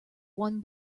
one